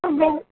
അല്ല